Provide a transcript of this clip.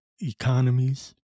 economies